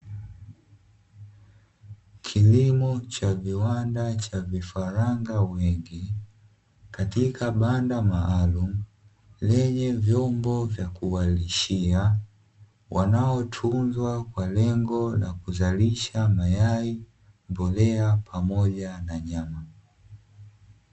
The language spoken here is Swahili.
Kilimo cha viwanda cha vifaranga wengi katika banda maalumu, lenye vyombo vya kuwalishia wanaotunzwa kwa lengo la kuzalisha mayai, mbolea, pamoja na nyama.